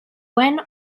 when